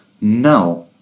no